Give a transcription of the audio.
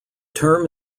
term